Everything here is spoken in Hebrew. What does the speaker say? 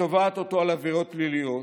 שתובעת אותו על עבירות פליליות,